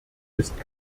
ist